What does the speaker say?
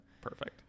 Perfect